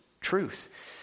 truth